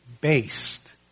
based